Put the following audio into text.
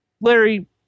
Larry